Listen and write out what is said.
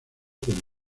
con